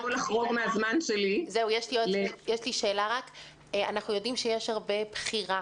אנחנו יודעים שיש הרבה בחירה